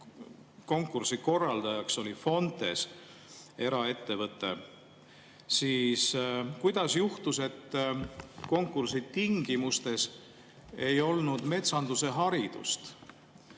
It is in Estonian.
konkursi korraldaja oli ettevõte Fontes: kuidas juhtus, et konkursi tingimustes ei olnud metsandusharidust?